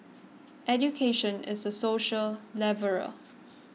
education is a social leveller